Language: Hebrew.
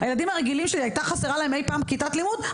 הילדים הרגילים שלי הייתה חסרה להם אי-פעם כיתת לימוד?